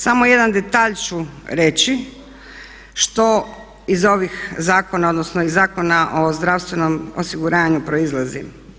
Samo jedan detalj ću reći što iz ovih zakona, odnosno iz Zakona o zdravstvenom osiguranju proizlazi.